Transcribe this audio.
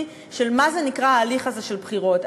של מה זה נקרא ההליך הזה של בחירות.